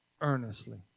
earnestly